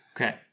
Okay